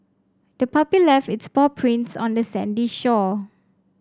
the puppy left its paw prints on the sandy shore